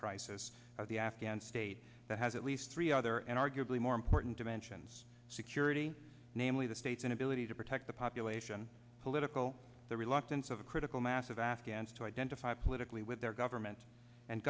crisis of the afghan state that has at least three other and arguably more important dimensions security namely the state's inability to protect the population political the reluctance of a critical mass of afghans to identify politically with their government and